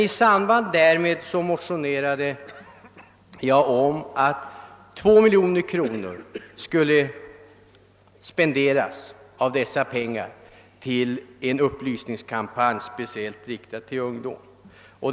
I samband därmed motionerade jag om att 2 miljoner av dessa pengar skulle spenderas på en upplysningskampanj speciellt riktad till ungdomen.